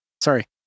Sorry